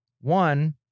one